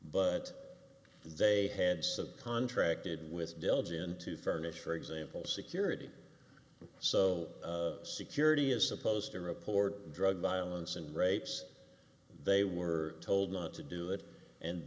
but they had subcontracted with village inn to furnish for example security so security is supposed to report drug violence and rapes they were told not to do it and